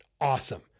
awesome